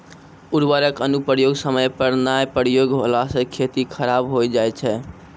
उर्वरक अनुप्रयोग समय पर नाय प्रयोग होला से खेती खराब हो जाय छै